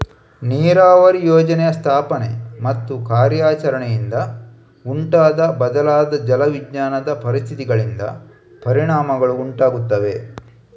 ನೀರಾವರಿ ಯೋಜನೆಯ ಸ್ಥಾಪನೆ ಮತ್ತು ಕಾರ್ಯಾಚರಣೆಯಿಂದ ಉಂಟಾದ ಬದಲಾದ ಜಲ ವಿಜ್ಞಾನದ ಪರಿಸ್ಥಿತಿಗಳಿಂದ ಪರಿಣಾಮಗಳು ಉಂಟಾಗುತ್ತವೆ